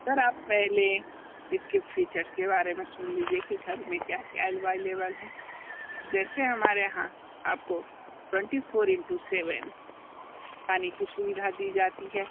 sir आप पहले इसके फ़ीचर्स के बारे में सुन लीजिए कि घर में क्या क्या अलवाइलेबल है जैसे हमारे यहाँ आपको ट्वेंटी फोर इनटू सेवन पानी की सुविधा दी जाती है